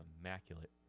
immaculate